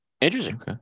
Interesting